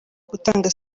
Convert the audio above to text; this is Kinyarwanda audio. gutanga